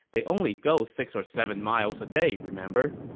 they only go six or seven miles day, remember.